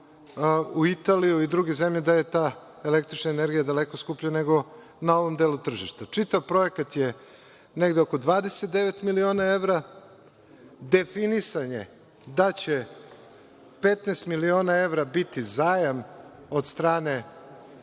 u Italiju i druge zemlje gde je ta električna energija daleko skuplja nego na ovom delu tržišta. Čitav projekat je negde oko 29 miliona evra. Definisano je da će 15 miliona evra biti zajam od strane